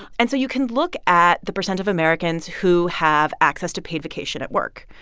and so you can look at the percent of americans who have access to paid vacation at work.